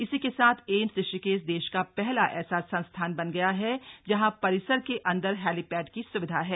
इसी के साथ एम्स ऋषिकेश देश का पहला ऐसा संस्थान बन गया है जहां परिसर के अन्दर हेलीपैड की स्विधा है